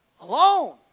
alone